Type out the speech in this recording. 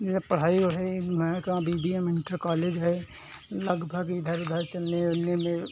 जैसे पढ़ाई ओढ़ाई में का B B M inter college है लगभग इधर उधर चलने ओलने में